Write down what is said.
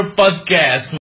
podcast